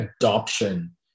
adoption